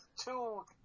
two